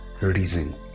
reason